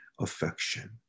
affection